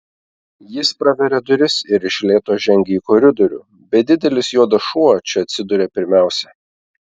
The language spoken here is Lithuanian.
jis praveria duris ir iš lėto žengia į koridorių bet didelis juodas šuo čia atsiduria pirmiausia